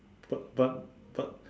b~ but but